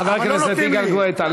חבר הכנסת יגאל גואטה.